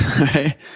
right